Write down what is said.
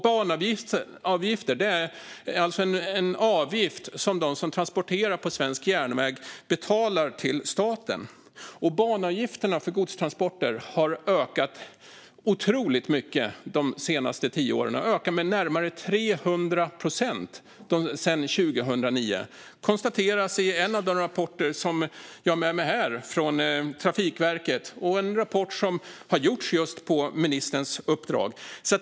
Banavgiften är en avgift som de som transporterar på svensk järnväg betalar till staten. Banavgifterna för godstransporter har ökat otroligt mycket de senaste tio åren - de har ökat med närmare 300 procent sedan 2009. Detta konstateras i en av de rapporter jag har med mig här. Den är från Trafikverket och har gjorts på ministerns uppdrag.